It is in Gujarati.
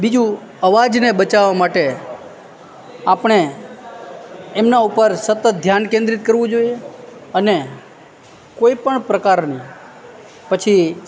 બીજું અવાજને બચાવવા માટે આપણે એમના ઉપર સતત ધ્યાન કેન્દ્રિત કરવું જોએ અને કોઈપણ પ્રકારની પછી